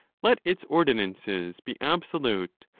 let its ordinances be absolute,